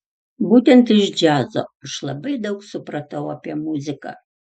būtent iš džiazo aš labai daug supratau apie muziką